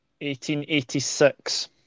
1886